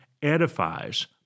edifies